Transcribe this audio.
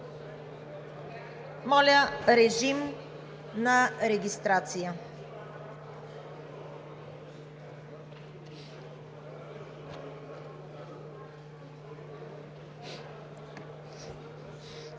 Моля, режим на регистрация.